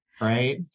right